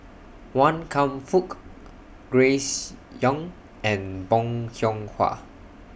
Wan Kam Fook Grace Young and Bong Hiong Hwa